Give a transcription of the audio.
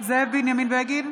זאב בנימין בגין,